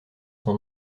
son